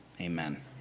amen